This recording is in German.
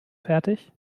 fertig